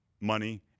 money